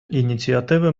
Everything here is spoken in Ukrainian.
ініціативи